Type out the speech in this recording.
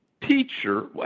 teacher